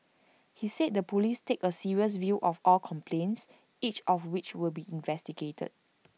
he said the Police take A serious view of all complaints each of which will be investigated